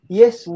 yes